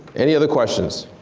any other questions?